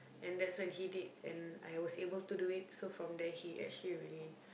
and that's when he did and I was able to do it so from then he actually really